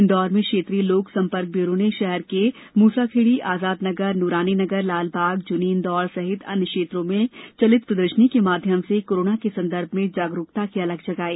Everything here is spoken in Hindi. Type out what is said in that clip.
इन्दौर में क्षेत्रीय लोक संपर्क ब्यूरो ने शहर के मुसाखेड़ी आजाद नगर नूरानी नगर लालबाग जूनी इंदौर सहित अन्य क्षेत्रों में चलित प्रदर्शनी के माध्यम से कोरोना के संदर्भ में जागरूकता की अलख जगाई